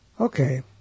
Okay